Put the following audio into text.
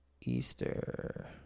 Easter